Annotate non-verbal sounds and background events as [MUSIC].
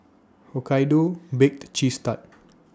Hokkaido Baked Cheese Tart [NOISE]